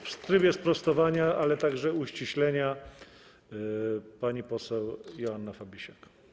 W trybie sprostowania, ale także uściślenia pani poseł Joanna Fabisiak.